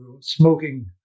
smoking